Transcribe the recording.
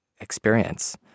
experience